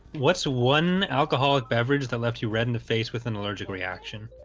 what's one alcoholic beverage that left you red in the face with an allergic reaction